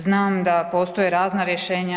Znam da postoje razna rješenja.